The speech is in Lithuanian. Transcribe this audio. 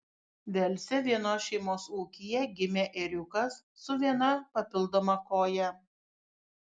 velse vienos šeimos ūkyje gimė ėriukas su viena papildoma koja